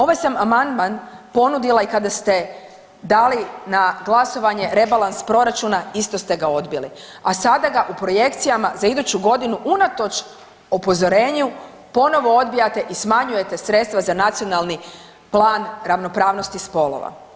Ovaj sam Amandman ponudila i kada ste dali na glasovanje Rebalans proračuna isto ste ga odbili, a sada ga u projekcijama za iduću godinu unatoč upozorenju ponovo odbijate i smanjujete sredstva za Nacionalni plan ravnopravnosti spolova.